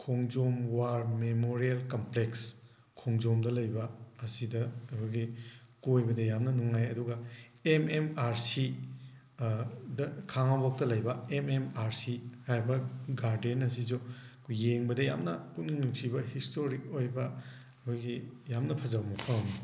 ꯈꯣꯡꯖꯣꯝ war memorial complex ꯈꯣꯡꯖꯣꯝꯗ ꯂꯩꯕ ꯑꯁꯤꯗ ꯑꯩꯈꯣꯏꯒꯤ ꯀꯣꯏꯕꯗ ꯌꯥꯝꯅ ꯅꯨꯡꯉꯥꯏ ꯑꯗꯨꯒ ꯑꯦꯝ ꯑꯦꯝ ꯑꯥꯔ ꯁꯤ ꯗ ꯈꯥꯉꯕꯣꯛꯇ ꯂꯩꯕ ꯑꯦꯝ ꯑꯦꯝ ꯑꯥꯔ ꯁꯤ ꯍꯥꯏꯔꯤꯕ ꯒꯥꯔꯗꯦꯟ ꯑꯁꯤꯁꯨ ꯑꯩꯈꯣꯏ ꯌꯦꯡꯕꯗ ꯌꯥꯝꯅ ꯄꯨꯛꯅꯤꯡ ꯅꯨꯡꯁꯤꯕ ꯍꯤꯁꯇꯣꯔꯤꯛ ꯑꯣꯏꯕ ꯑꯩꯈꯣꯏꯒꯤ ꯌꯥꯝꯅ ꯐꯖꯕ ꯃꯐꯝ ꯑꯃꯅꯤ